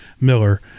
Miller